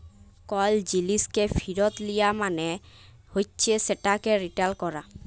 call জিলিসকে ফিরত লিয়া মালে হছে সেটকে রিটার্ল ক্যরা